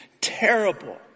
terrible